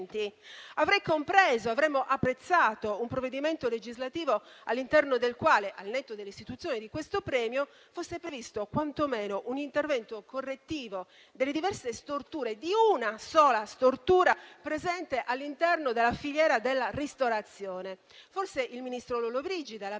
Avrei compreso e avremmo apprezzato un provvedimento legislativo all'interno del quale, al netto dell'istituzione di questo premio, fosse previsto quantomeno un intervento correttivo delle diverse storture o anche di una sola stortura presente all'interno della filiera della ristorazione. Forse il ministro Lollobrigida e la presidente